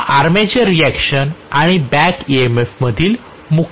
हा armature reaction आणि back EMF मधील मुख्य फरक आहे